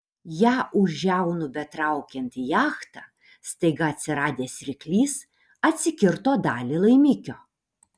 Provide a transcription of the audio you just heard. ją už žiaunų betraukiant į jachtą staiga atsiradęs ryklys atsikirto dalį laimikio